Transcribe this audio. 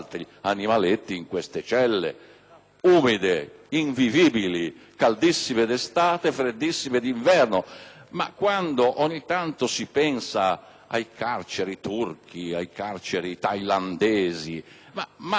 umide, invivibili, caldissime d'estate e freddissime d'inverno. Quando, ogni tanto, pensiamo ai carceri turchi, ai carceri tailandesi non guardiamo la nostra realtà